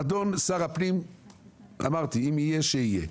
אדון שר הפנים, אמרתי, אם יהיה, כשיהיה,